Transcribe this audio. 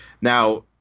Now